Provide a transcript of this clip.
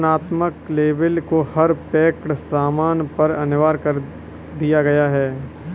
वर्णनात्मक लेबल को हर पैक्ड सामान पर अनिवार्य कर दिया गया है